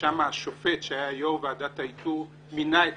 ששם השופט שהיה יושב-ראש ועדת האיתור מינה את